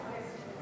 אחרון הדוברים,